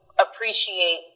appreciate